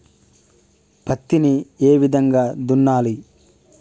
పత్తిని ఏ విధంగా దున్నాలి?